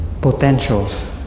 potentials